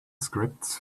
scripts